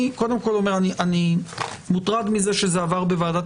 אני אומר שאני מוטרד מזה שזה עבר בוועדת